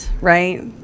right